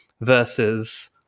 versus